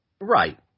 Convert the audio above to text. Right